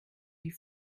die